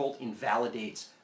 invalidates